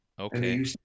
okay